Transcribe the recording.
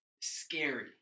scary